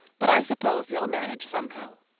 but i suppose you'll manage somehow.